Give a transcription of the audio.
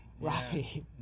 right